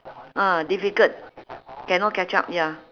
ah difficult cannot catch up ya